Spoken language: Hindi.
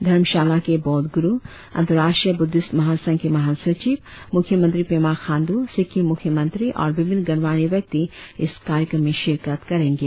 धर्मशाला के बौद्ध ग्रु अंतर्राष्ट्रीय बुद्धिस्ट महा संघ के महासचिव मुख्य मंत्री पेमा खाण्डू सिक्किम मुख्य मंत्री और विभिन्न गणमान्य व्यक्ति इस कार्यक्रम में शिरकत करेंगे